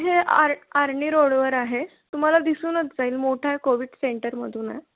हे आर आर्णिरोडवर आहे तुम्हाला दिसूनच जाईल मोठा आहे कोविड सेंटरमधून आहे